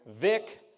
Vic